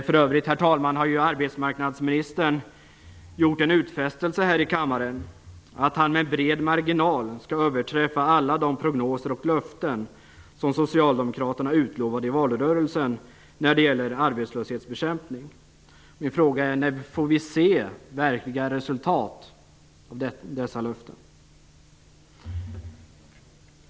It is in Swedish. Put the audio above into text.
För övrigt, herr talman, har ju arbetsmarknadsministern gjort en utfästelse här i kammaren att han med bred marginal skall överträffa alla de prognoser och löften om arbetslöshetsbekämpning som Socialdemokraterna utlovade i valrörelsen. Min fråga är: När får vi se verkliga resultat av dessa löften?